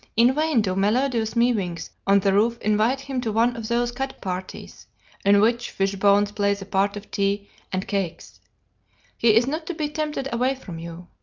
in vain do melodious mewings on the roof invite him to one of those cat parties in which fish bones play the part of tea and cakes he is not to be tempted away from you.